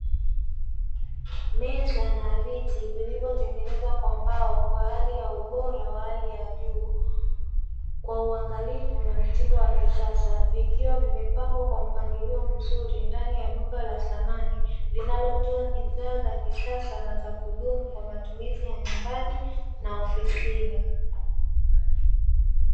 Meza na viti vilivyotengenezwa kwa mbao kwa hali ya ubora wa hali ya juu kwa uangalifu na mtindo wa kisasa vikiwa vimepangwa kwa mpangilio mzuri ndani ya duka la samani linalotoa bidhaa za kisasa na za kudumu kwa matumizi ya nyumbani na ofisini.